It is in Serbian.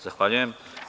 Zahvaljujem.